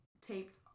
taped